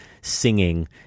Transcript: singing